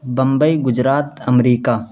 Bombay Gujarat America